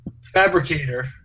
fabricator